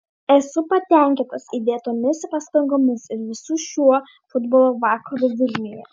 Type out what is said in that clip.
esu patenkintas įdėtomis pastangomis ir visu šiuo futbolo vakaru vilniuje